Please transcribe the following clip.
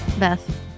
Beth